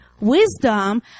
wisdom